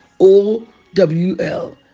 O-W-L